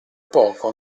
poco